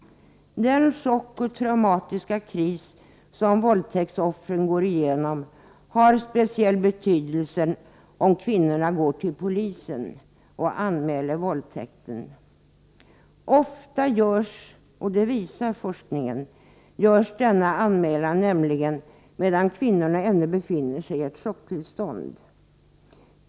Den chock och den traumatiska kris som våldtäktsoffren går igenom har speciell betydelse om kvinnorna går till polisen och anmäler våldtäkten. Ofta görs denna anmälan nämligen, det visar forskningen, medan kvinnorna ännu befinner sig i ett chocktillstånd.